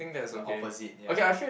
the opposite ya